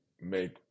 make